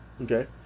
okay